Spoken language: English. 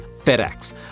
FedEx